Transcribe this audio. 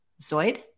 Zoid